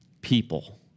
people